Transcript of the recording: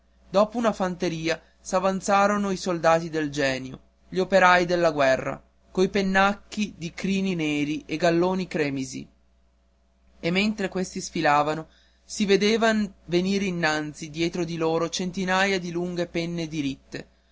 dopo la fanteria s'avanzarono i soldati del genio gli operai della guerra coi pennacchi di crini neri e i galloni cremisini e mentre questi sfilavano si vedevano venire innanzi dietro di loro centinaia di lunghe penne diritte